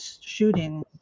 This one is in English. shooting